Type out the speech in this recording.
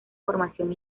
formación